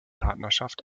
partnerschaft